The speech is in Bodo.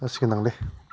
जासिगोनदां दे